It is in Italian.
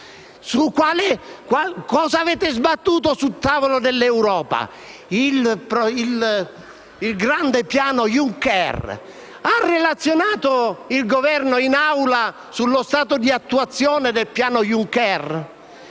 Cosa avete sbattuto sul tavolo dell'Europa? Il grande piano Juncker. Ha relazionato il Governo in Assemblea sullo stato di attuazione del piano Juncker?